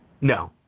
No